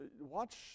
watch